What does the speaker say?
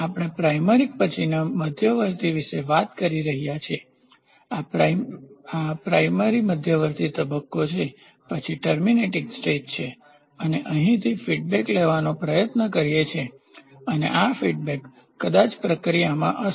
આપણે પ્રાઇમરીપ્રાથમિક પછીના મધ્યવર્તી વિશે વાત કરી રહ્યા છીએ આ પ્રાઇમરીપ્રાથમિક મધ્યવર્તી તબક્કો છે પછી ટર્મીનેટીન્ગ સ્ટેજ છે અને અહીંથી ફીડબેક લેવાનો પ્રયત્ન કરીએ છીએ અને આ ફીડબેક કદાચ પ્રક્રિયામાં હશે